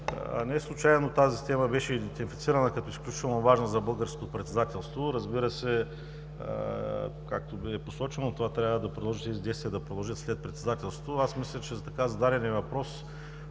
неслучайно тази тема беше идентифицирана като изключително важна за българското председателство. Разбира се, както е посочено, тези действия трябва да продължат след председателството. Аз мисля, че така зададения въпрос